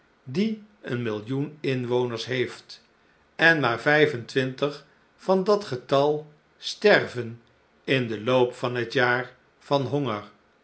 die een millioen inwoners heeft en maar vijf en twintig van dat getal sterven in den loop van het jaar van honger